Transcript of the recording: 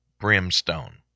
brimstone